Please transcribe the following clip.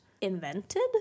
invented